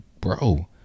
bro